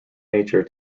nature